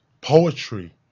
poetry